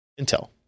Intel